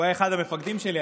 הוא היה אחד המפקדים שלי.